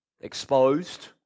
exposed